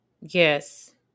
Yes